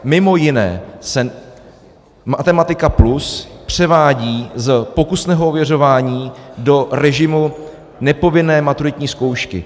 Mimo jiné se Matematika+ převádí z pokusného ověřování do režimu nepovinné maturitní zkoušky.